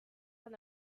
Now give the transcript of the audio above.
from